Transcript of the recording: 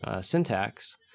syntax